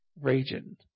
region